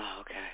okay